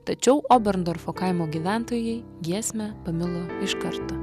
tačiau oberndorfo kaimo gyventojai giesmę pamilo iš karto